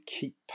keep